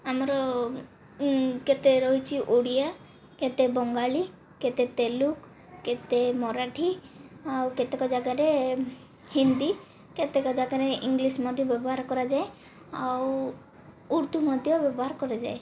ଆମର କେତେ ରହିଛି ଓଡ଼ିଆ କେତେ ବଙ୍ଗାଳି କେତେ ତେଲୁଗୁ କେତେ ମରାଠୀ ଆଉ କେତେକ ଜାଗାରେ ହିନ୍ଦୀ କେତେକ ଜାଗାରେ ଇଂଲିଶ ମଧ୍ୟ ବ୍ୟବହାର କରାଯାଏ ଆଉ ଉର୍ଦ୍ଦୁ ମଧ୍ୟ ବ୍ୟବହାର କରାଯାଏ